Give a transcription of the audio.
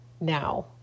now